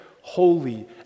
holy